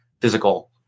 physical